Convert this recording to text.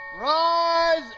Rise